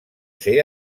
ser